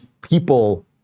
people